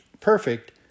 perfect